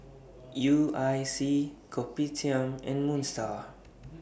U I C Kopitiam and Moon STAR